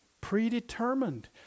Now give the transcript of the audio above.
predetermined